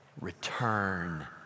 return